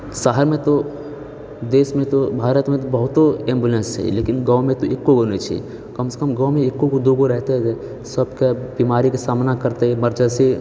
शहरमे तऽ देश मे तऽ भारतमे तऽ बहुतो एम्बुलेंस छै लेकिन गाँवमे तऽ एकोगो नहि छै कमसँ कम गाँवमे एकोगो दो गो रहतै सबकेँ बीमारीके सामना करतै मरजेंसी